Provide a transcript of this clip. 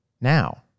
now